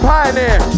Pioneer